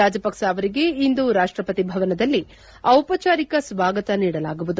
ರಾಜಪಕ್ಷ ಅವರಿಗೆ ಇಂದು ರಾಷ್ಟಪತಿ ಭವನದಲ್ಲಿ ಡಿಪಚಾರಿಕ ಸ್ವಾಗತ ನೀಡಲಾಗುವುದು